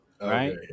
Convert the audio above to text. right